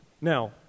Now